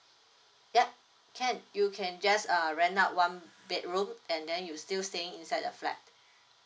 yup can you can just uh rent out one bedroom and then you still staying inside the flat